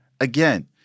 Again